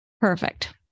perfect